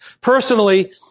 Personally